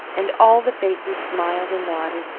and all the faces smiled and nodded,